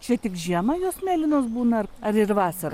čia tik žiemą jos mėlynos būna ar ar ir vasarą